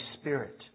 Spirit